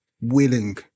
willing